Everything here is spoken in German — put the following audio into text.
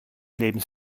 lebens